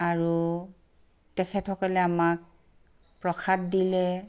আৰু তেখেতসকলে আমাক প্ৰসাদ দিলে